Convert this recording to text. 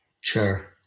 sure